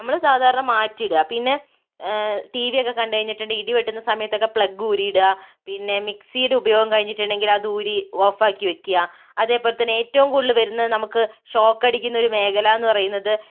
നമ്മൾ സാധാരണ മാറ്റി ഇടുകാ പിന്നേ ടി വി ഒക്കേ കണ്ട് കഴിഞ്ഞിട്ട് ഇടി വെട്ടുന്ന സമയത്തൊക്കെ പ്ലഗ് ഊരി ഇടുക മിക്സിയുടെ ഉപയോഗം കഴിഞ്ഞിട്ടുണ്ടെങ്കിൽ അത് ഊരി ഓഫ് ആക്കി വെക്കുകാ അതേ പോലെ തന്നേ ഏറ്റവും കൂടുതൽ വരുന്നത് നമുക്ക് ഷോക്കടിക്കുന്ന ഒരു മേഖല എന്ന് പറയുന്നത്